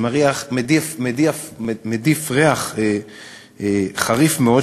שמדיף ריח חריף מאוד,